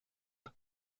dół